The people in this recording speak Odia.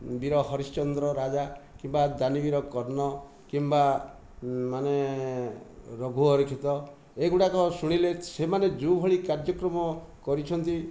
ବୀର ହରିଶ୍ଚନ୍ଦ୍ର ରାଜା କିମ୍ବା ଦାନୀବୀର କର୍ଣ୍ଣ କିମ୍ବା ମାନେ ରଘୁଅରକ୍ଷିତ ଏଗୁଡ଼ାକ ଶୁଣିଲେ ସେମାନେ ଯୋଉଭଳି କାର୍ଯ୍ୟକ୍ରମ କରିଛନ୍ତି